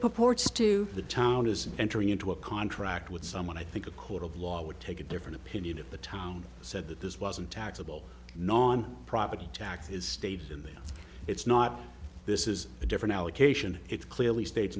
purports to the town is entering into a contract with someone i think a court of law would take a different opinion of the town said that this wasn't taxable non property taxes stayed in there it's not this is a different allocation it clearly states